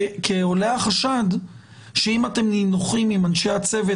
עולה החשד שאם אתם נינוחים עם אנשי צוות